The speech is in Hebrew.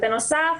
בנוסף,